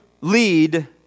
lead